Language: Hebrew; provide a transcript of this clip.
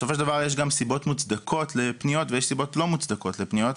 בסופו של דבר יש סיבות מוצדקות לפניות ויש סיבות לא מוצדקות לפניות,